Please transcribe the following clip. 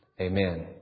Amen